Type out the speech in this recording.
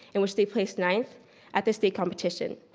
in which they placed ninth at the state competition.